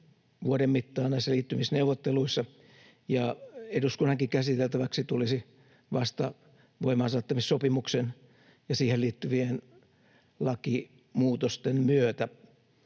vuoden mittaan näissä liittymisneuvotteluissa, ja eduskunnankin käsiteltäväksi se tulisi vasta voimaansaattamissopimuksen ja siihen liittyvien lakimuutosten myötä.